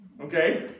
Okay